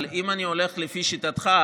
אבל אם אני הולך לפי שיטתך,